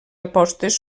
apostes